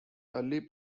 early